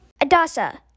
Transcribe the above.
Adasa